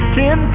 ten